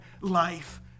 life